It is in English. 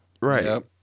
Right